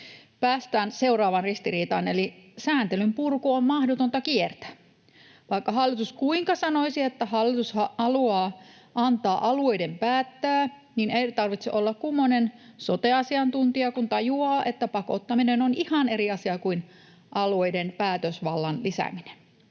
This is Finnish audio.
Päästään seuraavaan ristiriitaan, eli sääntelyn purku on mahdotonta kiertää. Vaikka hallitus kuinka sanoisi, että hallitus haluaa antaa alueiden päättää, niin ei tarvitse olla kummoinen sote-asiantuntija, kun tajuaa, että pakottaminen on ihan eri asia kuin alueiden päätösvallan lisääminen.